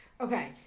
Okay